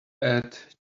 add